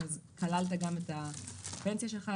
כמו שתיארת את הלקוח הסביר קודם,